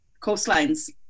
coastlines